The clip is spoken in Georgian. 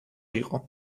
იყო